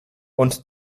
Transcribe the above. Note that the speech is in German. und